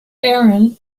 aaron